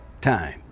time